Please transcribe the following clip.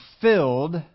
filled